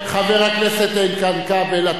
חבר הכנסת איתן כבל,